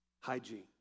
hygiene